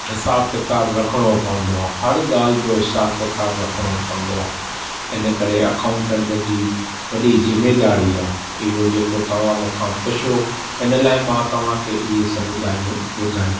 हिसाबु किताबु रखणो पवंदो आहे हर ॻाल्हि जो हिसाबु किताबु रखणो पवंदो आहे इन करे अकाउंटेंट जी वॾी ज़िमेदारी आहे इहो जेको तव्हां मूंखां पुछियो इन लाइ मां तव्हां खे इहे सभु ॻाल्हियूं ॿुधायूं